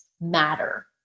matter